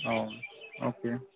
ও ওকে